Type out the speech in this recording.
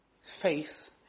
faith